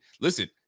listen